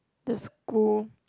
the school